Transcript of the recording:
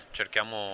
cerchiamo